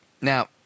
Now